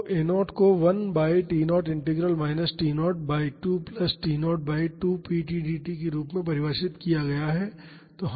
तो a0 को 1 by T0 integral minus T0 by 2 plus T0 by 2 ptdt रूप में परिभाषित किया गया है